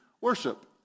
worship